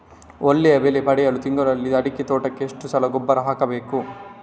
ಒಳ್ಳೆಯ ಬೆಲೆ ಪಡೆಯಲು ತಿಂಗಳಲ್ಲಿ ಅಡಿಕೆ ತೋಟಕ್ಕೆ ಎಷ್ಟು ಸಲ ಗೊಬ್ಬರ ಹಾಕಬೇಕು?